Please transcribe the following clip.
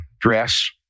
dress